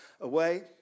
away